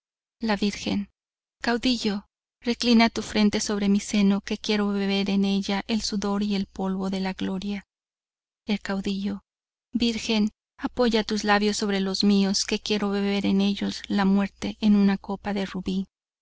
la virgen caudillo reclina tu frente sobre mi seno que quiero beber en ella el sudor y el polvo de la gloria el caudillo virgen apoya tus labios sobre los míos que quiero beber en ellos la muerte en una copa de rubí